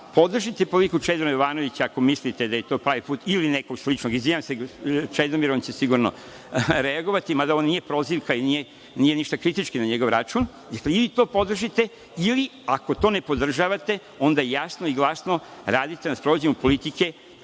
podržite politiku Čedomira Jovanovića, ako mislite da je to pravi put, ili nekog sličnog. Izvinjavam se Čedomiru, on će sigurno reagovati, mada ovo nije prozivka i nije ništa kritički na njegov račun. Ili to podržite ili ako to ne podržavate, onda jasno i glasno radite na sprovođenju politike